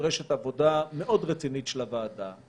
נדרשת עבודה מאוד רצינית של הוועדה,